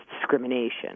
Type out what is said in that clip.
discrimination